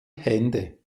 hände